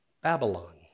Babylon